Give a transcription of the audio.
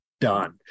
done